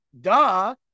Duh